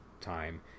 time